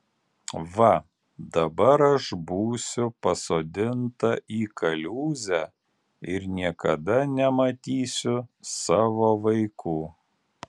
va dabar aš būsiu pasodinta į kaliūzę ir niekada nematysiu savo vaikų